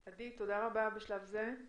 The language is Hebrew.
עדי, תודה רבה בשלב זה.